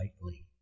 lightly